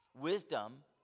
Wisdom